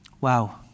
Wow